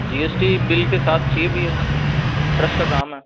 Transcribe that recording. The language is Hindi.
जी एस टी बिल के साथ चाहिए भैया ट्रस्ट का काम है